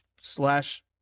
slash